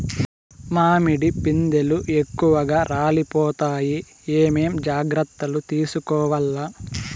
మామిడి పిందెలు ఎక్కువగా రాలిపోతాయి ఏమేం జాగ్రత్తలు తీసుకోవల్ల?